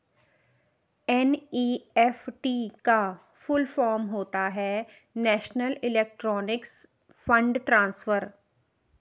NEFT का full form होता है नेशनल इलेक्ट्रॉनिक्स फण्ड ट्रांसफर